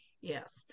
yes